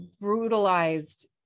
brutalized